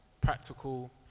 practical